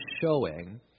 showing